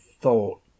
thought